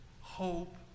hope